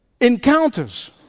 encounters